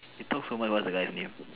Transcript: you talk so much what the guy's name